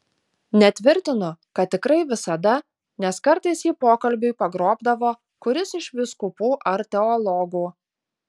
netvirtinu kad tikrai visada nes kartais jį pokalbiui pagrobdavo kuris iš vyskupų ar teologų